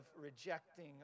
rejecting